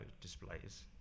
displays